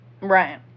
Right